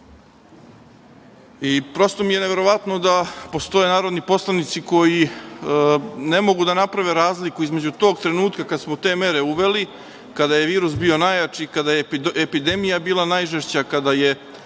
Srbija. Prosto mi je neverovatno da postoje narodni poslanici ne mogu da naprave razliku između tog trenutka kada smo te mere uveli, kada je virus bio najjači, kada je epidemija bila najžešća, kada je